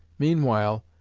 meanwhile,